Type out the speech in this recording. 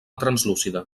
translúcida